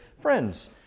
friends